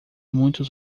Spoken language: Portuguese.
muitos